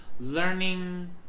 learning